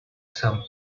some